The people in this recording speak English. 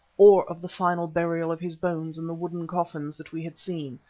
or of the final burial of his bones in the wooden coffins that we had seen,